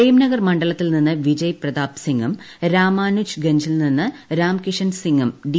പ്രേംനഗർ മണ്ഡലത്തിൽ നിന്ന് വിജയ് പ്രതാപ് സിംഗും രാമാനുജ് ഗഞ്ജിൽ നിന്ന് രാംകിഷൻ സിംഗും ഡി